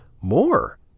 more